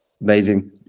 Amazing